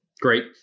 Great